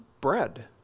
bread